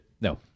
No